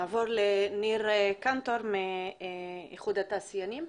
נעבור לניר קנטור מאיחוד התעשיינים.